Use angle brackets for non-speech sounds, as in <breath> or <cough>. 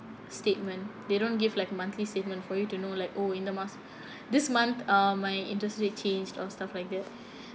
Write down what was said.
statement they don't give like monthly statement for you to know like oh in the month <breath> this month uh my interest rate changed or stuff like that